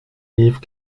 livres